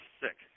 sick